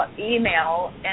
email